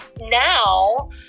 now